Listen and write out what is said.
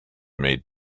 made